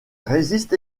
résiste